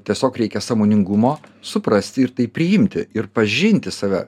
tiesiog reikia sąmoningumo suprasti ir tai priimti ir pažinti save